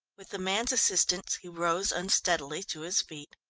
with the man's assistance he rose unsteadily to his feet.